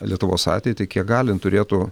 lietuvos ateitį kiek galint turėtų